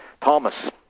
Thomas